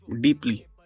deeply